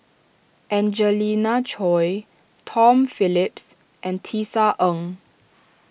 Angelina Choy Tom Phillips and Tisa Ng